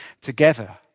together